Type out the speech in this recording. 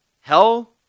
Hell